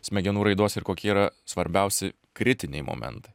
smegenų raidos ir kokie yra svarbiausi kritiniai momentai